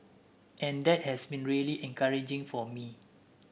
and that has been really encouraging for me